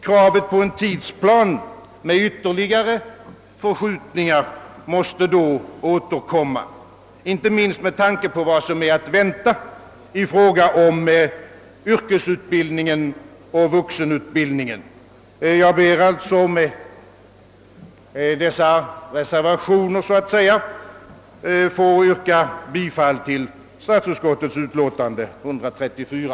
Kravet på en tidsplan måste då — med ytterligare tidsförskjutningar som följd — återkomma, inte minst med tanke på vad som är att vänta i fråga om yrkesutbildningen och vuxenutbildningen. Jag ber alltså med dessa »reservationer» att få yrka bifall till statsutskottets utlåtande nr 134.